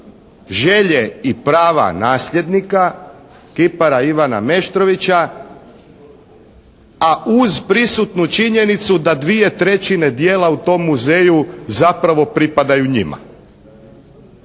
želje i prava nasljednika kipara Ivana Meštrovića, a uz prisutnu činjenicu da 2/3 djela u tom muzeju zapravo pripadaju njima.